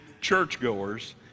churchgoers